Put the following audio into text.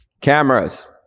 cameras